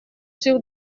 sûr